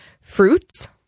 fruits